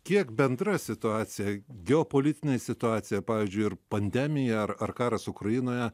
kiek bendra situacija geopolitine situacija pavyzdžiui ir pandemija ar ar karas ukrainoje